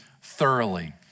thoroughly